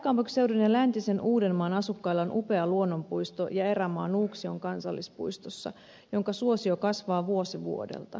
pääkaupunkiseudun ja läntisen uudenmaan asukkailla on upea luonnonpuisto ja erämaa nuuksion kansallispuistossa jonka suosio kasvaa vuosi vuodelta